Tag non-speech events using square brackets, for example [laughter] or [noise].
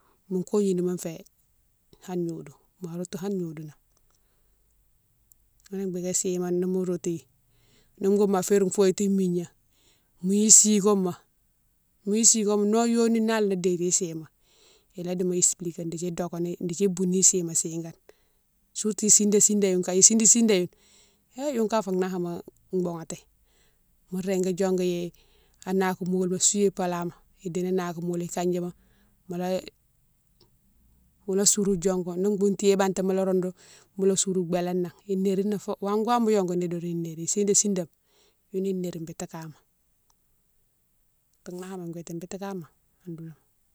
Mo kognouma fé hanne gnodiou ma routou hanne gnodiou nan, ghounné bigué sima. nimo routoughi ni boughoune ma férine foye tine migna, mo yi sigoma, mo yi sigoma no yoni nalé no déti isima ila dimo explika dékdi dokéni, dékdi ibouni isima sigane, surtout sidé sidé youne kaye, isidé sidé youne hé youne kama fou nama boughati mo régui diongoughi an naka molima souwé palama idéni naka molima ikandjima mola sourou dongou ghi ni boughoune tiyé bantima mola roundou mo sourou bélé nan inérine fo wama wame mo yongouni doron inérine, isidé sidéma younou nérine biti kama, fou nana boughati biti kama. [unintelligible]